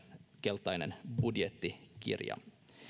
keltaisen budjettikirjan mukaan